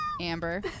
Amber